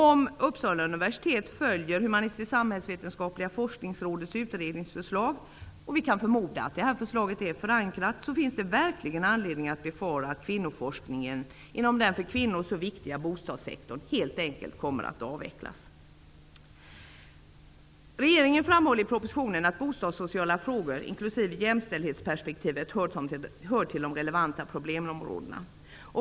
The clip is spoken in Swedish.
Om Uppsala universitet följer Humanistisk-samhällsvetenskapliga forskningsrådets utredningsförslag -- vi kan förmoda att det här förslaget är förankrat -- finns det verkligen anledning att befara att kvinnoforskningen inom den för kvinnor så viktiga bostassektorn helt enkelt kommer att avvecklas. Regeringen framhåller i propositionen att bostadssociala frågor inklusive jämställdhetsperspektivet hör till de relevanta problemområdena.